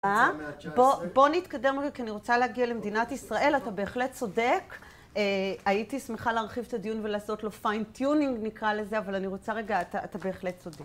בואו נתקדם רגע, כי אני רוצה להגיע למדינת ישראל, אתה בהחלט צודק. הייתי שמחה להרחיב את הדיון ולעשות לו פיינט טיונינג נקרא לזה, אבל אני רוצה רגע, אתה בהחלט צודק.